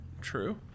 true